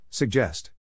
Suggest